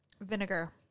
vinegar